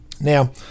Now